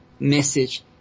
Message